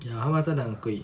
ya 他卖得真的很贵